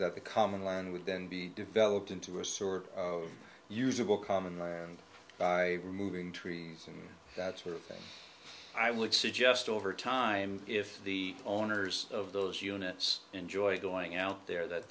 that the common line would then be developed into a sort of usable common by removing trees and that's where i would suggest over time if the owners of those units enjoy going out there that